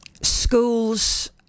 Schools